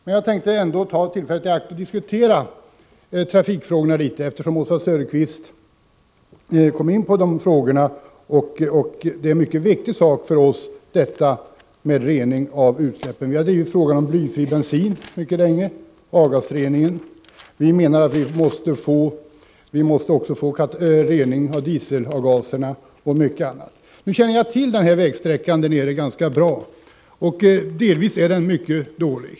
Men jag tänkte ändå ta tillfället i akt att diskutera trafikfrågorna litet, eftersom Oswald Söderqvist kom in på de frågorna. Rening av utsläpp är en mycket viktig fråga för oss. Vi har drivit frågan om blyfri bensin mycket länge och även frågan om avgasrening. Vi menar att vi också måste få bestämmelser om rening av dieselavgaserna och mycket annat. Jag känner ganska väl till den vägsträcka som skulle beröras av Scan Link. Delvis är den mycket dålig.